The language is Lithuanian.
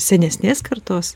senesnės kartos